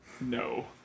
No